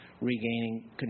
regaining